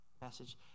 message